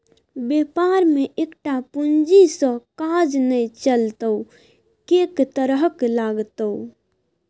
बेपार मे एकटा पूंजी सँ काज नै चलतौ कैक तरहक लागतौ